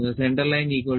C